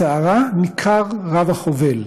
בסערה ניכר רב-החובל,